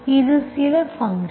இது சில ஃபங்க்ஷன்